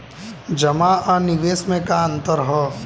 जमा आ निवेश में का अंतर ह?